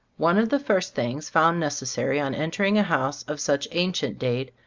one of the first things found necessary on entering a house of such ancient date,